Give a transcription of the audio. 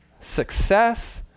success